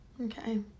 Okay